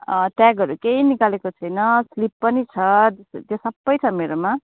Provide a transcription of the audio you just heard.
अँ ट्यागहरू केही निकालेको छुइनँ स्लिप पनि छ त्यो सबै छ मेरोमा